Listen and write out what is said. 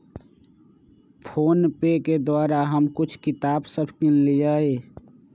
PhonePe के द्वारा हम कुछ किताप सभ किनलियइ